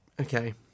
Okay